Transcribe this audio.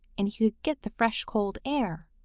and he could get the fresh cold air.